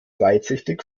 weitsichtig